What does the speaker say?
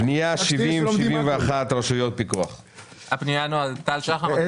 בפניית סוף שנה אנחנו בונים על התאמות סוף שנה.